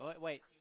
Wait